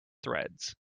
threads